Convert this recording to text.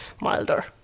milder